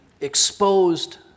Exposed